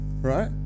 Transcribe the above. right